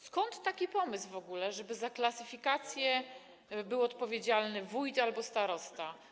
Skąd taki pomysł w ogóle, żeby za klasyfikację był odpowiedzialny wójt albo starosta?